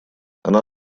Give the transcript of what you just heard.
она